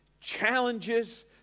challenges